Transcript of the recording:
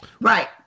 Right